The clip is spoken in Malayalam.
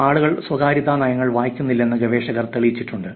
ആളുകൾ സ്വകാര്യതാ നയങ്ങൾ വായിക്കുന്നില്ലെന്ന് ഗവേഷകർ തെളിയിച്ചിട്ടുണ്ട്